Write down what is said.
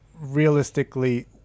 realistically